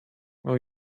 will